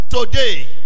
Today